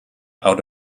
out